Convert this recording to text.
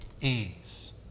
ease